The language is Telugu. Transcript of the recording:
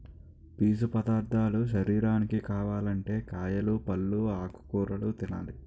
పీసు పదార్ధాలు శరీరానికి కావాలంటే కాయలు, పల్లు, ఆకుకూరలు తినాలి